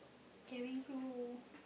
cabin crew